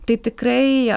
tai tikrai